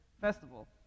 festival